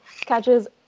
catches